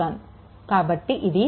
కాబట్టి ఇది 10 i2 - i1 అవుతుంది